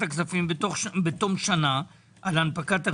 הכספים בתום שמה על הנפקת הרשיונות.